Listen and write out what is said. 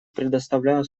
предоставляю